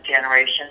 generation